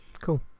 cool